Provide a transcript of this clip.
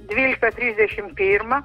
dvyliktą trisdešim pirmą